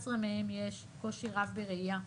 ל-11 מהם יש קושי רב בראייה,